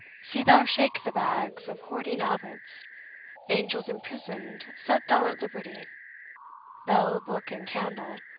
see thou shake the bags of hoarding abbots angels imprisoned set thou at liberty bell, book, and candle,